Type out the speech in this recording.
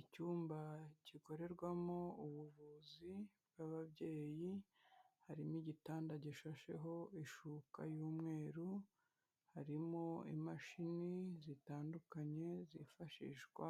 Icyumba gikorerwamo ubuvuzi bw'ababyeyi, harimo igitanda gishasheho ishuka y'umweru, harimo imashini zitandukanye zifashishwa